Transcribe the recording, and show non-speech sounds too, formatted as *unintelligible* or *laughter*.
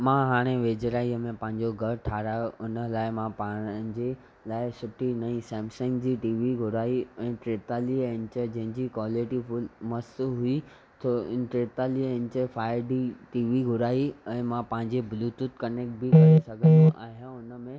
मां हाणे वेझिराईअ में पंहिंजे घरु ठाहिरायो उन लाइ मां पंहिंजे लाइ सुठी नई सैमसंग जी टी वी घुराई ऐं टेतालीह इंच जंहिंजी क्वालिटी फुल मस्त हुई *unintelligible* टेतालीह inch five G T V घुराई ऐं मां पंहिंजे ब्लूटूथ कनैक्ट बि करे सघंदो आहियां हुन में